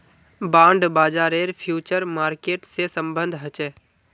bond बाजारेर future market से सम्बन्ध ह छे